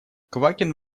квакин